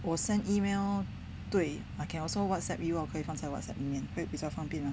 我 send email 对 I can also WhatsApp you or 可以放在 WhatsApp 里面会比较方便吗